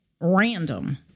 random